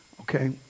Okay